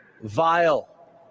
vile